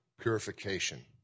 purification